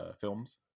films